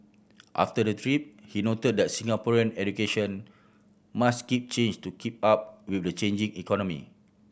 after the trip he noted that Singaporean education must keep change to keep up with the changing economy